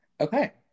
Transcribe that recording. Okay